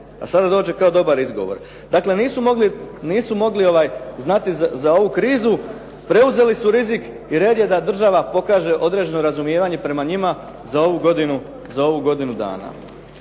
a sada dođe kao dobar izgovor. Dakle, nisu mogli znati za ovu krizu. Preuzeli su rizik i red je da država pokaže određeno razumijevanje prema njima za ovu godinu dana.